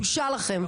בושה לכם.